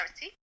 charity